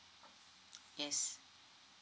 yes